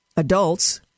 Adults